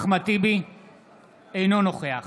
אינו נוכח